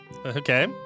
Okay